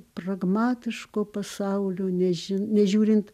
pragmatiško pasaulio nežinau nežiūrint